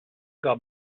gab